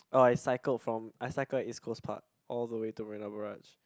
orh I cycled from I cycled at East-Coast-Park all the way to Marina-Barrage